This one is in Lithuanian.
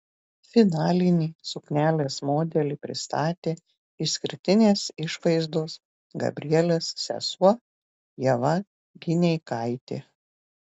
finalinį suknelės modelį pristatė išskirtinės išvaizdos gabrielės sesuo ieva gineikaitė